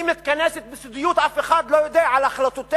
היא מתכנסת בסודיות, אף אחד לא יודע על החלטותיה.